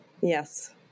Yes